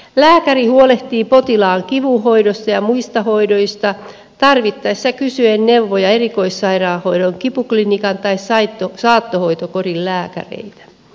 lääkäri huolehtii potilaan kivun hoidosta ja muista hoidoista tarvittaessa kysyen neuvoja erikoissairaanhoidon kipuklinikan tai saattohoitokodin lääkäreiltä